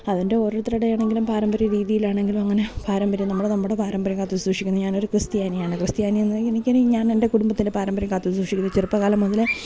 അതിൻ്റെ ഓരോരുത്തരുടെ ആണെങ്കിലും പാരമ്പര്യ രീതിയിലാണെങ്കിലും അങ്ങനെ പാരമ്പര്യം നമ്മൾ നമ്മുടെ പാരമ്പര്യം കാത്തു സൂക്ഷിക്കുന്നു ഞാൻ ഒരു ക്രിസ്ത്യാനിയാണ് ക്രിത്യാനിയെന്ന് എനിക്ക് ഇനി ഞാൻ എൻ്റെ കുടുംബത്തിൻ്റെ പാരമ്പര്യം കാത്ത് സൂക്ഷിക്കുക ചെറപ്പകാലം മുതൽ